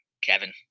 Kevin